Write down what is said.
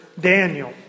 Daniel